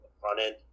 front-end